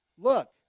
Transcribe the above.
Look